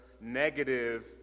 negative